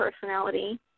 personality